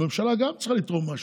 הממשלה גם צריכה לתרום משהו.